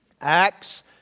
Acts